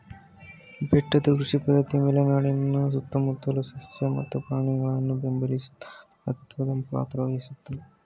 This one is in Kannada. ಬೆಟ್ಟದ ಕೃಷಿ ಪದ್ಧತಿ ಮಲೆನಾಡಿನ ಸುತ್ತಮುತ್ತಲ ಸಸ್ಯ ಮತ್ತು ಪ್ರಾಣಿಯನ್ನು ಬೆಂಬಲಿಸುವಲ್ಲಿ ಮಹತ್ವದ್ ಪಾತ್ರ ವಹಿಸುತ್ವೆ